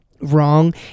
wrong